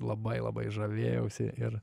labai labai žavėjausi ir